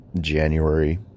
January